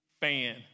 fan